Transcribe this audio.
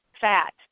fat